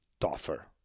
tougher